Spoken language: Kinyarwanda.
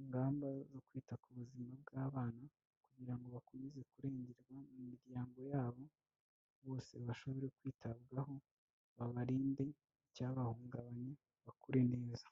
ingamba zo kwita ku buzima bw'abana, kugira ngo bakomeze kurengerwa mu miryango yabo, bose bashobore kwitabwaho babarinde icyabahungabanye bakure neza.